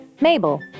Mabel